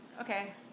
Okay